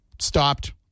stopped